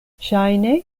ŝajne